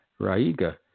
Raiga